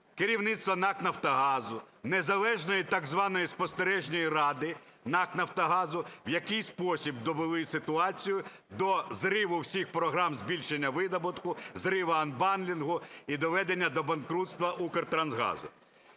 керівництва НАК "Нафтогазу", незалежної так званої спостережної ради "НАК "Нафтогазу", в який спосіб довели ситуацію до зриву всіх програм збільшення видобутку, зриву анбандлінгу і доведення до банкрутства "Укртрансгазу".